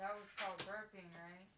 what was right